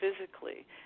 physically